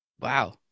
Wow